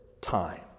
time